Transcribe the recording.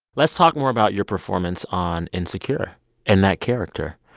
let's talk more about your performance on insecure and that character,